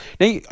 Now